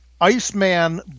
Iceman